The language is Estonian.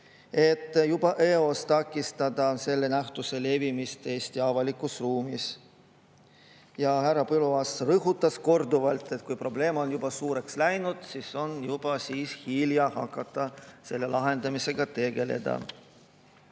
et juba eos takistada selle nähtuse levimist Eesti avalikus ruumis. Härra Põlluaas rõhutas korduvalt, et kui probleem on juba suureks läinud, siis on hilja hakata selle lahendamisega tegelema.